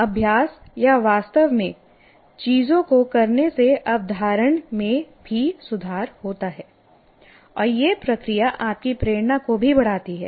अभ्यास या वास्तव में चीजों को करने से अवधारण में भी सुधार होता है और यह प्रक्रिया आपकी प्रेरणा को भी बढ़ाती है